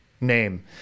name